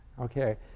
Okay